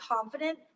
confident